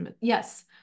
Yes